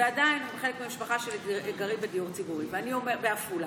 ועדיין חלק מהמשפחה שלי גרים בדיור ציבורי בעפולה.